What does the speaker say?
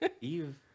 Eve